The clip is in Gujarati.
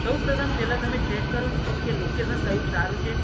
સૌપ્રથમ પહેલાં તમે ચેક કરો કે લોકેશન કયું સારૂં છે